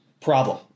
problem